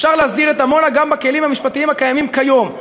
אפשר להסדיר את עמונה גם בכלים המשפטיים הקיימים כיום,